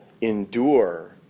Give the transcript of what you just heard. endure